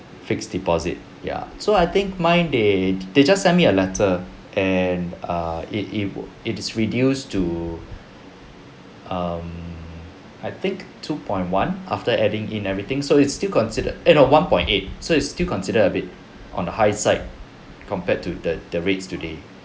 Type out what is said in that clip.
fixed deposit ya so I think mine they they just send me a letter and err it it it is reduced to um I think two point one after adding in everything so it's still considered eh no one point eight so it's still considered a bit on the high side compared to the the rates today